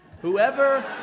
Whoever